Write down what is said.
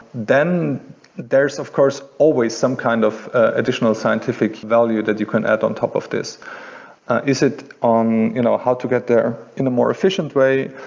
then there's of course always some kind of additional scientific value that you can add on top of this is it on you know how to get there in a more efficient way,